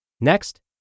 Next